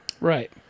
Right